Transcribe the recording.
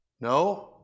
no